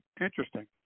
interesting